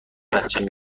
بچم